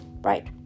right